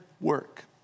work